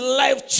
life